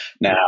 Now